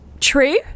true